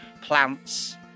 plants